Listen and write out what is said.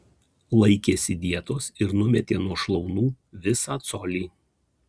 laikėsi dietos ir numetė nuo šlaunų visą colį